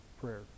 prayer